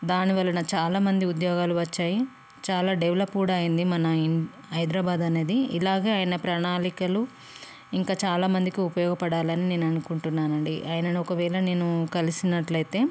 దాని వలన చాలామంది ఉద్యోగాలు వచ్చాయి చాలా డెవలప్ కూడా అయింది మన హైదరాబాద్ అనేది ఇలాగే అయిన ప్రణాళికలు ఇంకా చాలామందికి ఉపయోగపడాలని నేననుకుంటున్నానండి ఆయనను ఒకవేళ నేను కలిసినట్లైతే